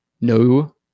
no